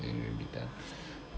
think we will be done